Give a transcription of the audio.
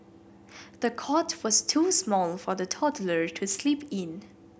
the cot was too small for the toddler to sleep in